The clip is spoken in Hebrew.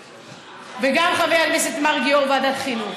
וגם חבר הכנסת מרגי, יו"ר ועדת חינוך: